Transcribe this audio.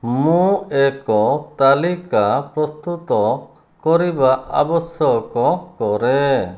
ମୁଁ ଏକ ତାଲିକା ପ୍ରସ୍ତୁତ କରିବା ଆବଶ୍ୟକ କରେ